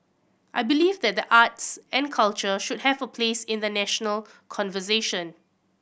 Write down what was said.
I believe that the arts and culture should have a place in the national conversation